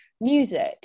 music